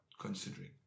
considering